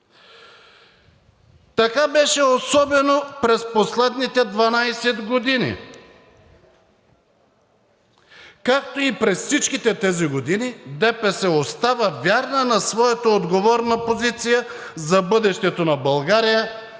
Така беше особено през последните 12 години. Както и през всичките тези години ДПС остава вярна на своята отговорна позиция за бъдещето на България